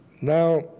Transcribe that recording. Now